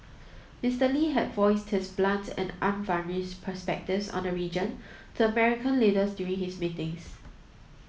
Mister Lee had voiced his blunt and unvarnished perspectives on the region to American leaders during his meetings